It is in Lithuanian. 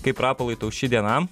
kaip rapolai tau ši diena